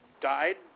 died